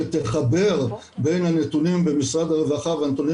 שתחבר בין הנתונים במשרד הרווחה והנתונים